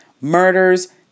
murders